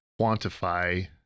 quantify